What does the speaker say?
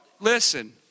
Listen